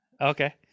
Okay